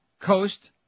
Coast